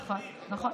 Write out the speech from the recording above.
נכון, נכון, נכון.